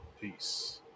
Peace